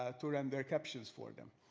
ah to render captions for them.